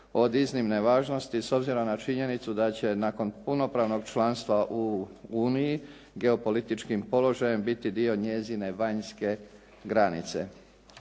od iznimne važnosti s obzirom na činjenicu da će nakon punopravnog članstva u Uniji geopolitičkim položajem biti dio njezine vanjske granice.